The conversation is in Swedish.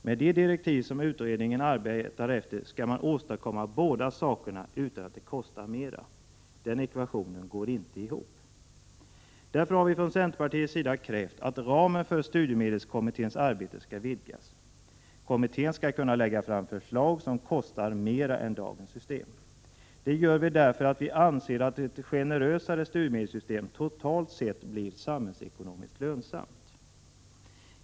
Enligt de direktiv som utredningen arbetar efter skall man åstadkomma båda sakerna utan att det kostar mera. Den ekvationen går inte ihop. Därför har vi från centerpartiets sida krävt att ramen för studiemedelskommitténs arbete skall vidgas. Kommittén skall kunna lägga fram förslag som kostar mer än dagens system. Det gör vi därför att vi anser att ett generösare studiemedelssystem totalt sett blir samhällsekonomiskt lönsamt.